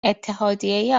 اتحادیه